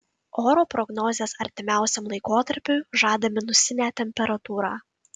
oro prognozės artimiausiam laikotarpiui žada minusinę temperatūrą